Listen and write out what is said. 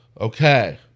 Okay